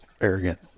arrogant